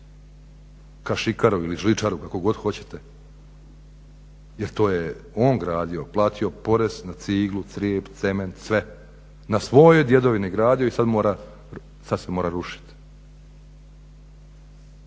kašikaru ili žličaru kako god hoćete, jer to je on gradio, platio porez na ciglu, crijep, cement, sve. Na svojoj djedovini gradio i sad se mora rušiti.